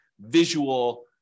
visual